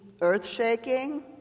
earth-shaking